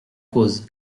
cause